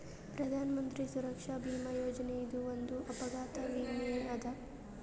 ಪ್ರಧಾನ್ ಮಂತ್ರಿ ಸುರಕ್ಷಾ ಭೀಮಾ ಯೋಜನೆ ಇದು ಒಂದ್ ಅಪಘಾತ ವಿಮೆ ಅದ